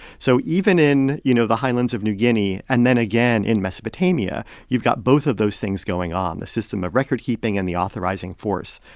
so even in, you know, the highlands of new guinea and then again in mesopotamia, you've got both of those things going on, the system of recordkeeping and the authorizing force.